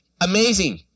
amazing